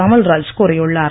அமல்ராஜ் கூறியுள்ளார்